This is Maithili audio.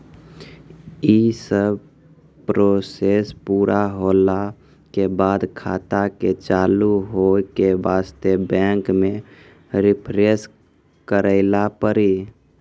यी सब प्रोसेस पुरा होला के बाद खाता के चालू हो के वास्ते बैंक मे रिफ्रेश करैला पड़ी?